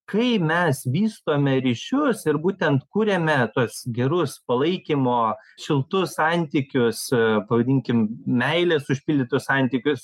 kai mes vystome ryšius ir būtent kuriame tuos gerus palaikymo šiltus santykius pavadinkim meilės užpildytus santykius